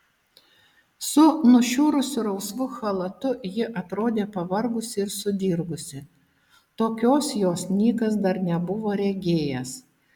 su nušiurusiu rausvu chalatu ji atrodė pavargusi ir sudirgusi tokios jos nikas dar nebuvo regėjęs